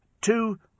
two